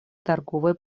торговые